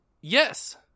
Yes